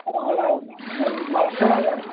ହଁ ହ୍ୟାଲୋ ନମସ୍କାର ଆଜ୍ଞା